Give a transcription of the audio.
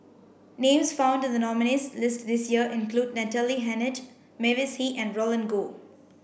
names found the nominees' list this year include Natalie Hennedige Mavis Hee and Roland Goh